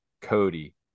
Cody